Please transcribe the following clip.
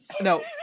No